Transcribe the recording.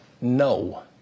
no